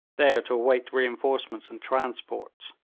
there to await reinforcements and transports.